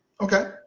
Okay